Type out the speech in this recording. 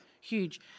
Huge